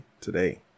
today